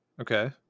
Okay